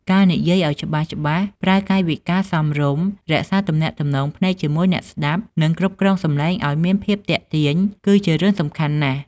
ការនិយាយឲ្យច្បាស់ៗ ប្រើកាយវិការសមរម្យ រក្សាទំនាក់ទំនងភ្នែកជាមួយអ្នកស្តាប់ និងគ្រប់គ្រងសម្លេងឲ្យមានភាពទាក់ទាញ គឺជារឿងសំខាន់ណាស់។